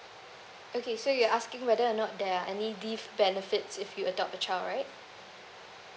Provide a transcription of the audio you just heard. okay so you asking whether or not there are any leave benefits if you adopt a child right